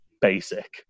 basic